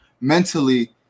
mentally